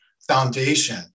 foundation